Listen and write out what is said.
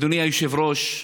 אדוני היושב-ראש,